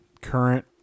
Current